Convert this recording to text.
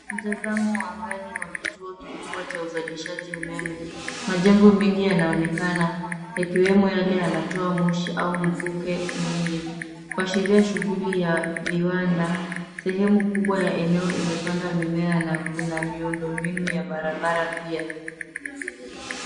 Mtazamo wa angani wa kituo kikubwa cha uzalishaji umeme. Majengo mengi yanaonekana yakiwemo yale yanatoa moshi au mvuke mwingi kuashiria shughuli ya viwanda. Sehemu kubwa ya eneo imepandwa mimea na kuna miundombinu ya barabara pia.